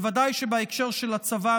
בוודאי שבהקשר של הצבא,